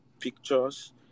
pictures